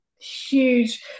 huge